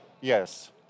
Yes